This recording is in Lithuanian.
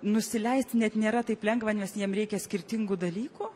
nusileisti net nėra taip lengva nes jiem reikia skirtingų dalykų